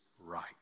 right